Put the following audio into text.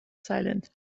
silent